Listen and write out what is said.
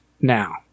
now